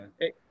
Hey